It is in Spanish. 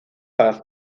paz